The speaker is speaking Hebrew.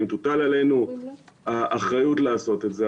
אם תוטל עלינו אחריות לעשות את זה,